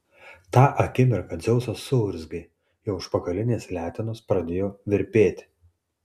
tą akimirką dzeusas suurzgė jo užpakalinės letenos pradėjo virpėti